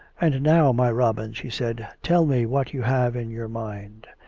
and now, my robin, she said, tell me what you have in your mind.